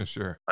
Sure